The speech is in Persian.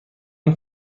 این